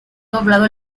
doblado